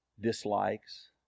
dislikes